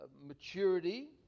maturity